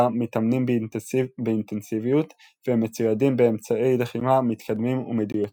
מתאמנים באינטנסיביות והם מצוידים באמצעי לחימה מתקדמים ומדויקים.